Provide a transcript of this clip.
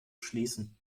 schließen